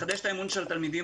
לחדש את האמון של התלמידים.